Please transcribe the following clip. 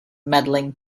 medaling